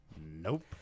Nope